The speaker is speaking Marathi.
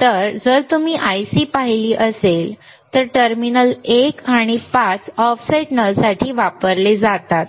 तर जर तुम्ही IC पाहिले असेल तर टर्मिनल 1 आणि 5 ऑफसेट नल साठी वापरले जातात